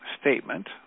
statement